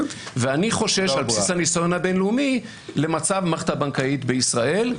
ועל בסיס הניסיון הבינלאומי אני חושש למצב המערכת הבנקאית בישראל.